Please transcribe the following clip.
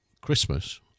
Christmas